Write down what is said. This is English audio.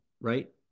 right